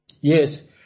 Yes